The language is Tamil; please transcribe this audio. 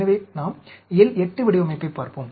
எனவே நாம் L 8 வடிவமைப்பைப் பார்ப்போம்